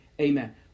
amen